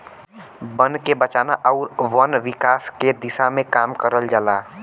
बन के बचाना आउर वन विकास के दिशा में काम करल जाला